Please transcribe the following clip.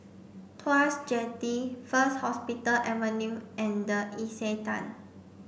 Tuas Jetty First Hospital Avenue and The Istana